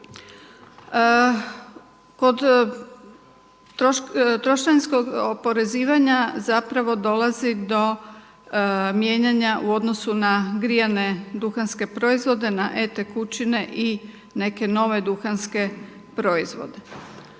Kod trošarinskog oporezivanja zapravo dolazi do mijenjanja u odnosu na grijane duhanske proizvode, na e tekućine i neke ove duhanske proizvode.